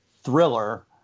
thriller